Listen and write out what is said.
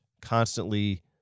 constantly